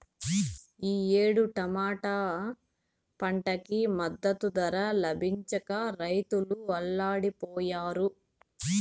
ఈ ఏడు టమాటా పంటకి మద్దతు ధర లభించక రైతులు అల్లాడిపొయ్యారు